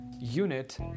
unit